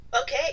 Okay